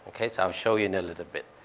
okay? so i'll show you in a little bit.